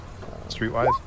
Streetwise